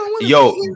Yo